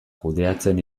kudeatzen